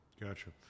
Gotcha